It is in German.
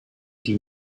die